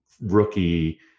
rookie